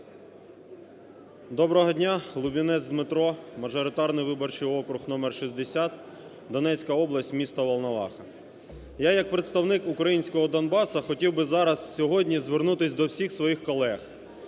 Доброго дня! Лубінець Дмитро, мажоритарний виборчий округ номер 60, Донецька область, місто Волноваха. Я як представник українського Донбасу хотів би зараз, сьогодні звернутися до всіх своїх колег.